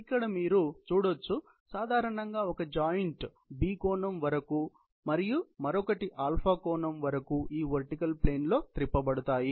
ఇక్కడ మీరు చూడొచ్చు సాధారణంగా ఒక జాయింట్ కోణము వరకు మరియు మరొకటి కోణము వరకు ఈ వర్టికల్ ప్లేన్ లో త్రిప్పబడతాయి